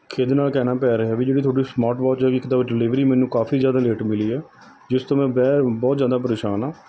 ਖਿੱਝ ਨਾਲ ਕਹਿਣਾ ਪੈ ਰਿਹਾ ਵੀ ਜਿਹੜੀ ਤੁਹਾਡੀ ਸਮਾਰਟ ਵੌਚ ਹੈ ਜੀ ਇੱਕ ਤਾਂ ਡਿਲੀਵਰੀ ਮੈਨੂੰ ਕਾਫੀ ਜ਼ਿਆਦਾ ਲੇਟ ਮਿਲੀ ਹੈ ਜਿਸ ਤੋਂ ਮੈਂ ਬੈਅ ਬਹੁਤ ਜ਼ਿਆਦਾ ਪਰੇਸ਼ਾਨ ਹਾਂ